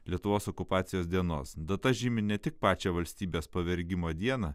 lietuvos okupacijos dienos data žymi ne tik pačią valstybės pavergimo dieną